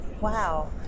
Wow